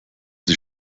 sie